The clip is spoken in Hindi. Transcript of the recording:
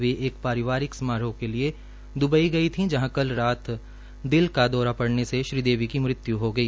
वे एक पारिवारिक समारोह के लिए दबई गई थी जहां कल रात दिल का दौरा पडे से श्रीदेवी की मृत्यु हो गई